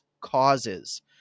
causes